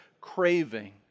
craving